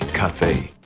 Cafe